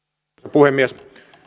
puhemies